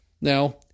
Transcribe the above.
Now